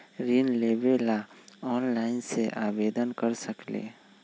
ऋण लेवे ला ऑनलाइन से आवेदन कर सकली?